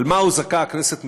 על מה הוזעקה הכנסת מפגרתה?